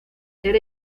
ser